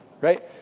right